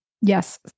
yes